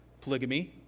polygamy